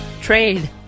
Trade